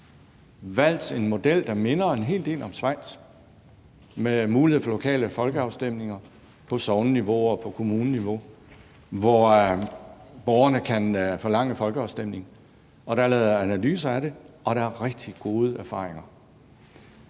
valgt en model, der minder en hel del om den i Schweiz, med mulighed for lokale folkeafstemninger på sogneniveau og på kommuneniveau, og hvor borgerne kan forlange folkeafstemning. Der er lavet analyser af det, og der er rigtig gode erfaringer.